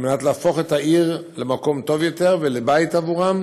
כדי להפוך את העיר למקום טוב יותר ולבית עבורם